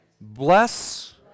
bless